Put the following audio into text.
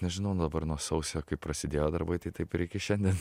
nežinau dabar nuo sausio kai prasidėjo darbai tai taip ir iki šiandien